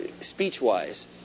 speech-wise